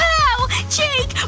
wow! jake!